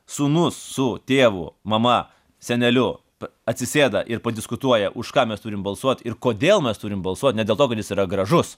sūnus su tėvu mama seneliu atsisėda ir padiskutuoja už ką mes turim balsuot ir kodėl mes turim balsuot ne dėl to kad jis yra gražus